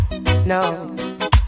No